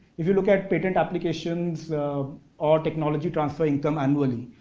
if you look at patent applications or technology transfer income annually,